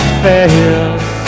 fails